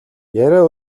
яриа